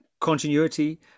continuity